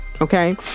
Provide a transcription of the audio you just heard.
okay